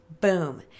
Boom